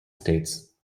states